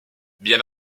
bien